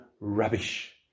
rubbish